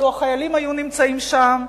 לו נמצאו החיילים שם,